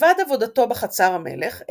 מלבד עבודתו בחצר המלך,